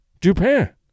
Dupin